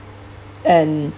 and